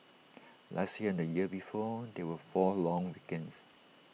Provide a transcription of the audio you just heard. last year and the year before there were four long weekends